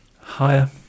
higher